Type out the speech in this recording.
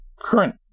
current